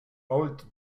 old